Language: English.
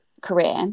career